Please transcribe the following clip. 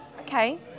Okay